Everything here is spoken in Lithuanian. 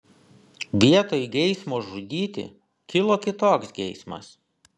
vietoj geismo žudyti kilo kitoks geismas